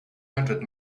hundred